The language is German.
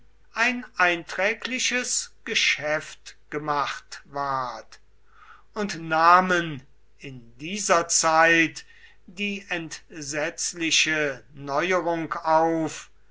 ein einträgliches geschäft gemacht ward und nahmen in dieser zeit die entsetzliche neuerung auf